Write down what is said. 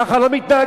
ככה לא מתנהגים.